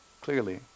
clearly